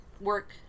work